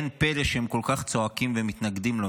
אין פלא שהם כל כך צועקים ומתנגדים לו,